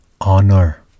honor